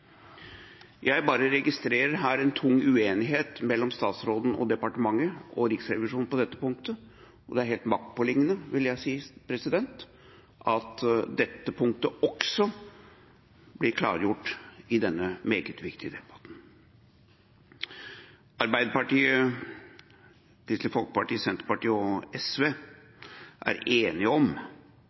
Jeg bare registrerer her en stor uenighet mellom statsråden, departementet, og Riksrevisjonen på dette punktet, og det er helt maktpåliggende, vil jeg si, at dette punktet også blir klargjort i denne meget viktige debatten. Arbeiderpartiet, Kristelig Folkeparti, Senterpartiet og SV er enige om